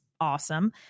awesome